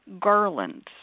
garlands